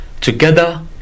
together